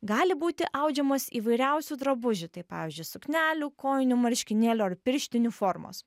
gali būti audžiamos įvairiausių drabužių tai pavyzdžiui suknelių kojinių marškinėlių ar pirštinių formos